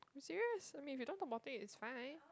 serious I mean if you don't talk about it it's fine